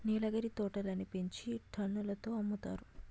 నీలగిరి తోటలని పెంచి టన్నుల తో అమ్ముతారు